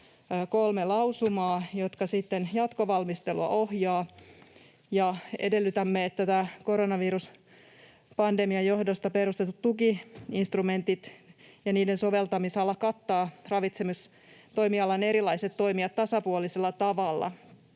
kolme lausumaa, jotka sitten ohjaavat jatkovalmistelua. Edellytämme, että tämän koronaviruspandemian johdosta perustetut tuki-instrumentit ja niiden soveltamisala kattavat ravitsemistoimialan erilaiset toimijat tasapuolisella tavalla,